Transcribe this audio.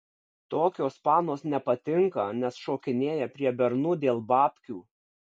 tokios panos nepatinka nes šokinėja prie bernų dėl babkių